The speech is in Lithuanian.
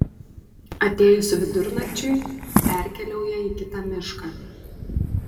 atėjus vidunakčiui perkeliauja į kitą mišką